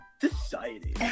Society